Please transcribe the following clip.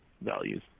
values